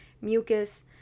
mucus